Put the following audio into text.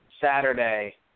Saturday